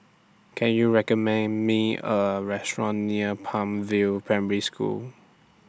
Can YOU recommend Me A Restaurant near Palm View Primary School